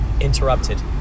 interrupted